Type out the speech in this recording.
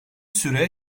süre